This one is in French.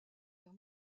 vers